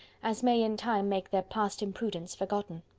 as may in time make their past imprudence forgotten.